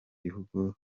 bihugu